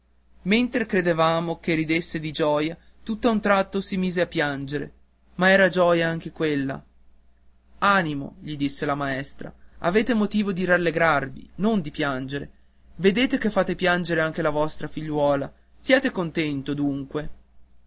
mentre credevamo che ridesse di gioia tutt'a un tratto si mise a piangere ma era gioia anche quella animo gli disse la maestra avete motivo di rallegrarvi non di piangere vedete che fate piangere anche la vostra figliuola siete contento dunque